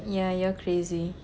yeah you're crazy